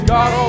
God